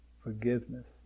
forgiveness